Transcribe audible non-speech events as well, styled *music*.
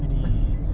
*laughs*